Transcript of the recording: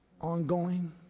ongoing